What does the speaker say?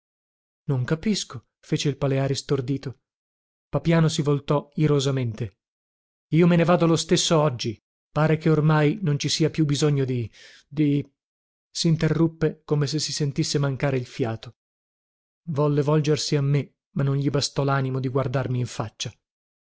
non capisco fece il paleari stordito papiano si voltò irosamente io me ne vado lo stesso oggi pare che ormai non ci sia più bisogno di di sinterruppe come se si sentisse mancare il fiato volle volgersi a me ma non gli bastò lanimo di guardarmi in faccia